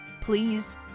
Please